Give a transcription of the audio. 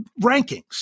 rankings